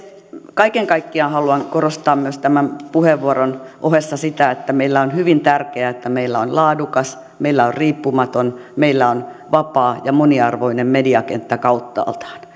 kaiken kaikkiaan haluan korostaa myös tämän puheenvuoron ohessa sitä että on hyvin tärkeää että meillä on laadukas meillä on riippumaton meillä on vapaa ja moniarvoinen mediakenttä kauttaaltaan